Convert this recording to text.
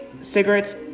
cigarettes